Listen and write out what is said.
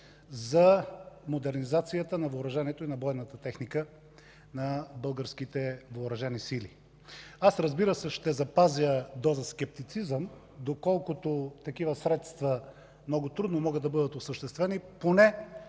за модернизацията на въоръжението и на бойната техника на българските Въоръжени сили. Аз, разбира се, ще запазя доза скептицизъм, доколкото такива средства много трудно могат да бъдат осъществени поне